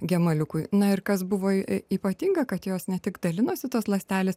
gemaliukui na ir kas buvo ypatinga kad jos ne tik dalinosi tos ląstelės